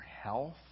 health